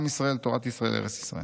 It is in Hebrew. עם ישראל, תורת ישראל, ארץ ישראל.